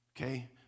Okay